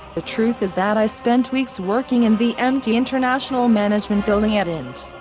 the truth is that i spent weeks working in the empty international management building at int.